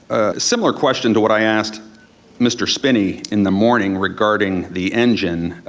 similar question to what i asked mr. spinney in the morning regarding the engine.